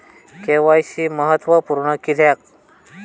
KYC महत्त्वपुर्ण किद्याक?